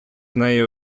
неї